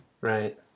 right